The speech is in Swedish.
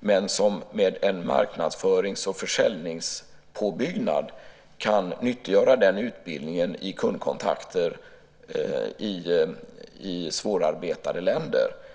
men som med en marknadsförings och försäljningspåbyggnad kan nyttiggöra den utbildningen i kundkontakter i svårarbetade länder.